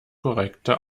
korrekte